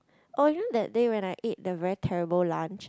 oh you know that day when I ate the very terrible lunch